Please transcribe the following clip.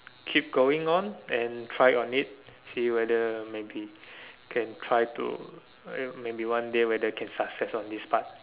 keep going on and try on it see whether maybe can try to uh maybe one day maybe whether can success on this part